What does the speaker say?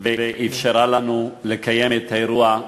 ואפשרה לנו לקיים את האירוע,